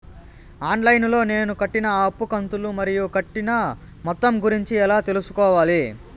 On line లో నేను కట్టిన అప్పు కంతులు మరియు కట్టిన మొత్తం గురించి ఎలా తెలుసుకోవాలి?